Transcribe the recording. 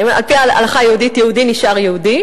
אני אומרת: על-פי ההלכה היהודית יהודי נשאר יהודי,